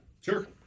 Sure